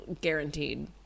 guaranteed